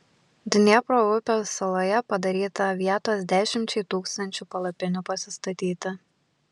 dniepro upės saloje padaryta vietos dešimčiai tūkstančių palapinių pasistatyti